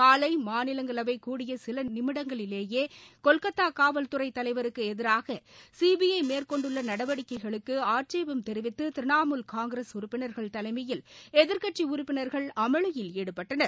காலை மாநிலங்களவை கூடிய சில நிமிடங்களிலேயே கொல்கத்தா காவல்துறை தலைவருக்கு எதிராக சிபிஐ மேற்கொண்டுள்ள நடவடிக்கைகளுக்கு ஆட்சோம் தெரிவித்து திரிணமூல் காங்கிரஸ் உறுப்பினா்கள் தலைமையில் எதிர்க்கட்சி உறுப்பினர்கள் அமளியில் ஈடுபட்டனர்